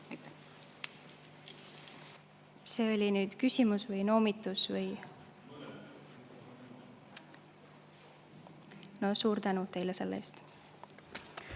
See oli nüüd küsimus või noomitus? No suur tänu teile selle